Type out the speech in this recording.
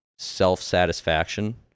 self-satisfaction